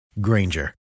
Granger